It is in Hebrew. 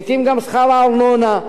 לעתים גם שכר הארנונה,